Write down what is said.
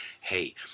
hey